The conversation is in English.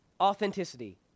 authenticity